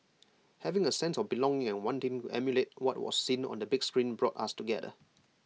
having A sense of belonging and wanting emulate what was seen on the big screen brought us together